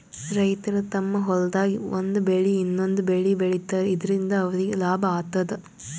ರೈತರ್ ತಮ್ಮ್ ಹೊಲ್ದಾಗ್ ಒಂದ್ ಬೆಳಿ ಇನ್ನೊಂದ್ ಬೆಳಿ ಬೆಳಿತಾರ್ ಇದರಿಂದ ಅವ್ರಿಗ್ ಲಾಭ ಆತದ್